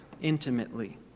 intimately